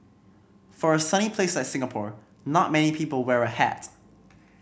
for a sunny place a Singapore not many people wear a hat